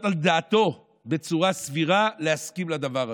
על דעתו בצורה סבירה להסכים לדבר הזה.